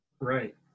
Right